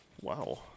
wow